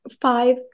five